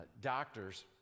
doctors